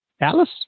Alice